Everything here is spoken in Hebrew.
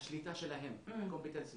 השליטה שלהם, competencies,